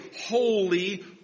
holy